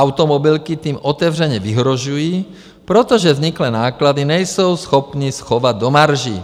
Automobilky tím otevřeně vyhrožují, protože vzniklé náklady nejsou schopny schovat do marží.